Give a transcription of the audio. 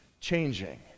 changing